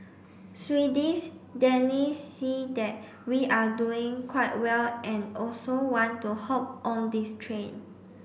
Swedes Danes see that we are doing quite well and also want to hop on this train